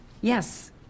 Yes